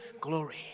glory